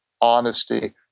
honesty